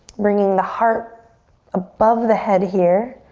bringing the heart above the head here,